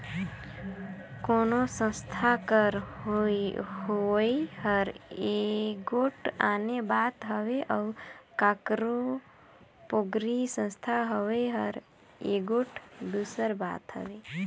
कोनो संस्था कर होवई हर एगोट आने बात हवे अउ काकरो पोगरी संस्था होवई हर एगोट दूसर बात हवे